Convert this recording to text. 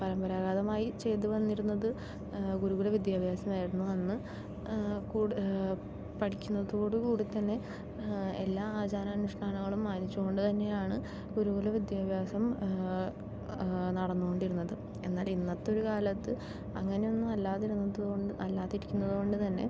പരമ്പരാഗതമായി ചെയ്ത് വന്നിരുന്നത് ഗുരുകുല വിദ്യാഭ്യാസമായിരുന്നു അന്ന് കൂടെ പഠിക്കുന്നതോടുകൂടി തന്നെ എല്ലാ ആചാര അനുഷ്ഠാനങ്ങളും മാനിച്ച് കൊണ്ട് തന്നെയാണ് ഗുരുകുല വിദ്യാഭ്യാസം നടന്നുകൊണ്ടിരുന്നത് എന്നാൽ ഇന്നത്തെയൊരു കാലത്ത് അങ്ങനെയൊന്നും അല്ലാതിരുന്നത് കൊണ്ട് അല്ലാതിരിക്കുന്നത് കൊണ്ട് തന്നെ